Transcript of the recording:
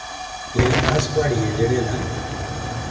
लेकिन अस प्हाड़िये जेह्ड़े ना